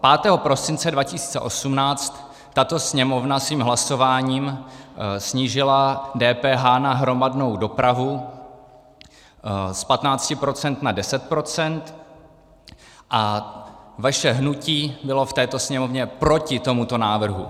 Pátého prosince 2018 tato Sněmovna svým hlasováním snížila DPH na hromadnou dopravu z 15 % na 10 % a vaše hnutí bylo v této Sněmovně proti tomuto návrhu.